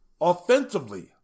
Offensively